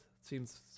seems